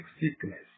sickness